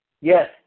Yes